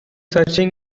searching